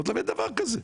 אמרתי להם, אין דבר כזה.